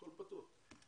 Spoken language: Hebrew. הכול פתוח.